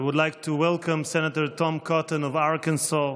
I would like to welcome Senator Tom Cotton of Arkansas,